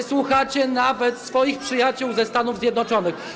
Nie słuchacie nawet swoich przyjaciół ze Stanów Zjednoczonych.